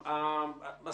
שלום.